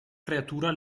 creatura